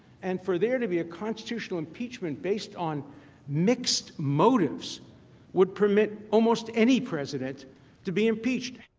and for there to be a constitutional impeachment, based on mixed motives would permit almost any president to be impeached.